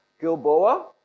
Gilboa